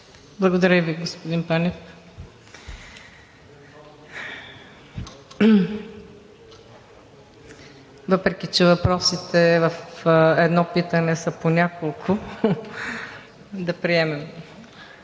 Благодаря Ви, господин Панев. Въпреки че въпросите в едно питане са по няколко, да приемем.